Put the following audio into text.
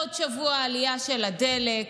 בעוד שבוע עלייה של הדלק,